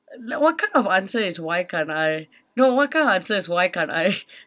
like what kind of answer is why can't I no what kind of answer is why can't I